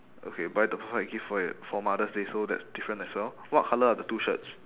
okay buy the perfect gift for yo~ for mother's day so that's different as well what colour are the two shirts